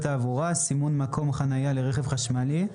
התעבורה (סימון מקום חניה לרכב חשמלי),